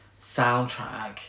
soundtrack